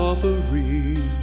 Offering